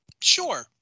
sure